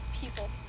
people